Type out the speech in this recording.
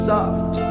Soft